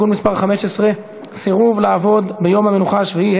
מס' 15) (סירוב לעבוד ביום המנוחה השבועי),